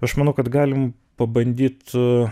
aš manau kad galim pabandyt